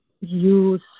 use